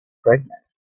pregnant